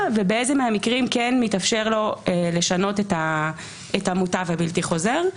ובאיזה מהמקרים מתאפשר לו לשנות את המוטב הבלתי חוזר?